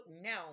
now